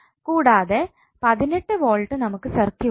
കൂടാതെ 18 വോൾട് നമുക്ക് സർക്യൂട്ടിൽ ഉണ്ട്